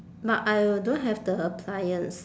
but I don't have the appliance